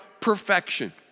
perfection